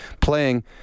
playing